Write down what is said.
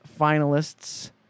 finalists